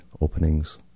openings